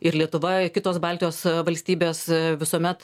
ir lietuva ir kitos baltijos valstybės visuomet